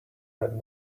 red